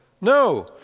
No